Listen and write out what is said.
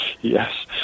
Yes